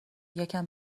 یکم